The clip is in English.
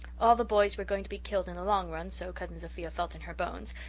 all the boys were going to be killed in the long run, so cousin sophia felt in her bones,